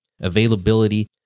Availability